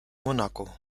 monaco